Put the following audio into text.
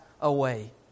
away